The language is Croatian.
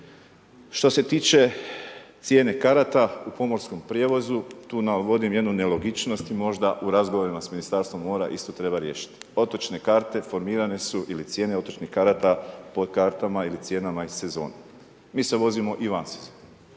Što se tiče cijene karata u pomorskom prijevozu, tu navodim jednu nelogičnost i možda u razgovorima s Ministarstvom mora isto treba riješiti. Otočne karte formirane su ili cijene otočnih karata po kartama ili cijenama iz sezone. Mi se vozimo i van sezone.